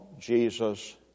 Jesus